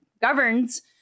governs